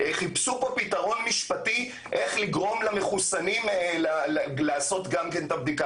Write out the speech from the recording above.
חיפשו פה פתרון משפטי איך לגרום למחוסנים לעשות גם את הבדיקה.